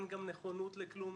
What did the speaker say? אין גם נכונות לכלום,